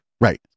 right